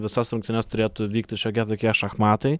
visas rungtynes turėtų vykti šiokie tokie šachmatai